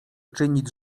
czynić